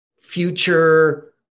future